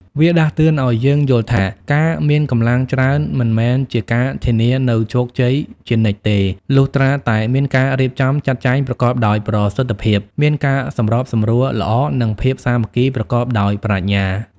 វាដាស់តឿនឲ្យយើងយល់ថា ការមានកម្លាំងច្រើនមិនមែនជាការធានានូវជោគជ័យជានិច្ចទេ លុះត្រាតែមានការរៀបចំចាត់ចែងប្រកបដោយប្រសិទ្ធភាព មានការសម្របសម្រួលល្អ និងភាពសាមគ្គីប្រកបដោយប្រាជ្ញា។